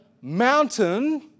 mountain